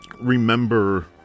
remember